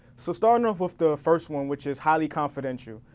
so starting off with the first one which is highly confidential,